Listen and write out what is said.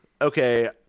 okay